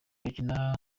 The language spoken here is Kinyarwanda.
bakina